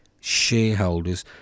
shareholders